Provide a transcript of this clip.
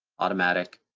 automatic,